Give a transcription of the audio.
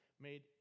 made